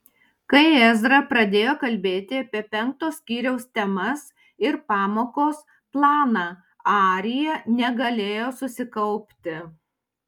kai ezra pradėjo kalbėti apie penkto skyriaus temas ir pamokos planą arija negalėjo susikaupti